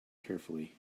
carefully